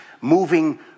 moving